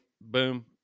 boom